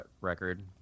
record